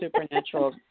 Supernatural